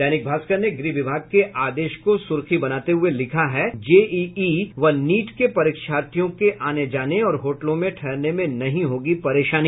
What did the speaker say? दैनिक भास्कर ने गृह विभाग के आदेश को सुर्खी बनाते हुए लिखा है जेईई व नीट के परीक्षार्थियों आने जाने और होटलों में ठहरने में नहीं होगी परेशानी